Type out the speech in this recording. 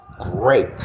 great